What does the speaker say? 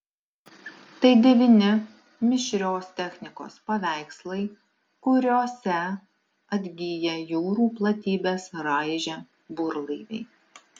tai devyni mišrios technikos paveikslai kuriose atgyja jūrų platybes raižę burlaiviai